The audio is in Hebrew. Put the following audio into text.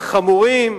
חמורים,